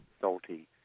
salty